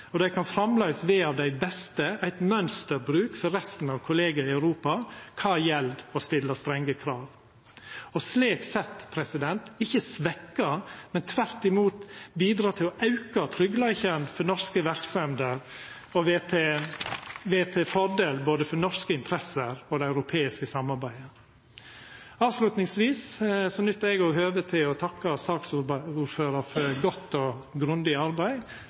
og dei kan framleis vera av dei beste – eit mønsterbruk for resten av kollegaene i Europa – kva gjeld å stilla strenge krav og slik sett ikkje svekkja, men tvert imot bidra til å auka tryggleiken for norske verksemder og vera til fordel for både norske interesser og det europeiske samarbeidet. Avslutningsvis nyttar eg òg høvet til å takka saksordføraren for godt og grundig arbeid